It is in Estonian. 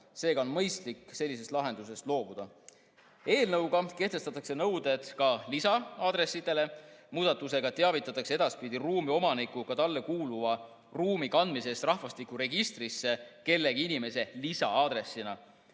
Seega on mõistlik sellisest lahendusest loobuda. Eelnõuga kehtestatakse nõuded ka lisa-aadressidele, muudatusega teavitatakse edaspidi ruumi omanikku ka talle kuuluva ruumi kandmise eest rahvastikuregistrisse kellegi lisa‑aadressina.